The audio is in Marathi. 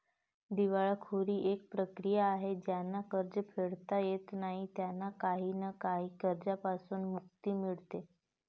दिवाळखोरी एक प्रक्रिया आहे ज्यांना कर्ज फेडता येत नाही त्यांना काही ना काही कर्जांपासून मुक्ती मिडते